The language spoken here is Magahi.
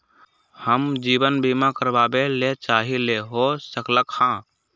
हम जीवन बीमा कारवाबे के चाहईले, हो सकलक ह?